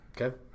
Okay